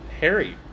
Harry